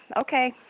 okay